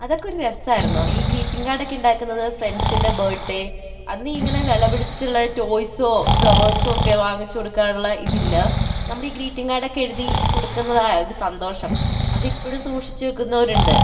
അതൊക്കെ ഒരു രസമായിരുന്നു ഈ ഗ്രീറ്റിംഗ് കാർഡ് ഒക്കെ ഉണ്ടാക്കുന്നത് ഫ്രണ്ട്സിൻ്റെ ബർത്ത് ഡേ അന്ന് ഈ ഇങ്ങനെ വിലപിടിച്ചിട്ടുള്ള ടോയിസോ ഫ്ലവർസോ ഒക്കെ വാങ്ങിച്ച് കൊടുക്കാനുള്ള ഇത് ഇല്ല നമ്മൾ ഗ്രീറ്റിംഗ് കാർഡ് ഒക്കെ എഴുതി കൊടുക്കുന്നതാണ് ഒരു സന്തോഷം അതിപ്പോഴും സൂക്ഷിച്ച് വെക്കുന്നവർ ഉണ്ട്